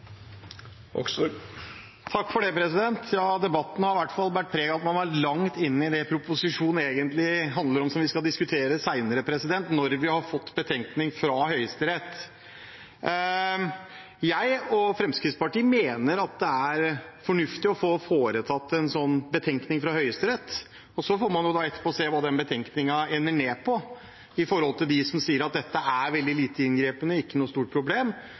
Debatten har i hvert fall båret preg av at man har vært langt inne i det proposisjonen egentlig handler om, og som vi skal diskutere senere, når vi har fått betenkning fra Høyesterett. Jeg og Fremskrittspartiet mener at det er fornuftig å få foretatt en sånn betenkning av Høyesterett. Så får man etterpå se hva den betenkningen ender med, med hensyn til de som sier at dette er veldig lite inngripende og ikke noe stort problem,